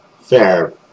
Fair